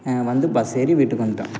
வந்து பஸ் ஏறி வீட்டுக்கு வந்துவிட்டோம்